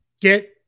get